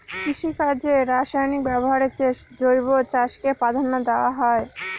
কৃষিকাজে রাসায়নিক ব্যবহারের চেয়ে জৈব চাষকে প্রাধান্য দেওয়া হয়